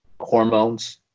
hormones